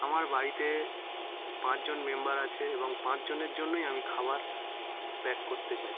আমার বাড়িতে পাঁচজন মেম্বার আছে এবং পাঁচজনের জন্যই আমি খাবার প্যাক করতে চাই